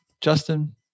Justin